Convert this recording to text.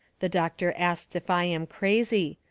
the doctor asts if i am crazy.